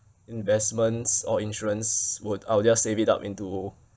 investments or insurance would I will just save it up into